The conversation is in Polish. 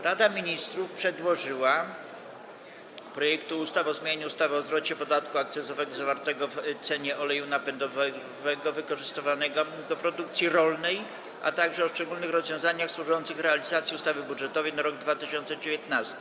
Rada Ministrów przedłożyła projekty ustaw: - o zmianie ustawy o zwrocie podatku akcyzowego zawartego w cenie oleju napędowego wykorzystywanego do produkcji rolnej, - o szczególnych rozwiązaniach służących realizacji ustawy budżetowej na rok 2019.